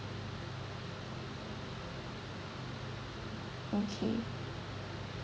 okay